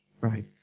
Right